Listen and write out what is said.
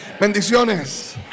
Bendiciones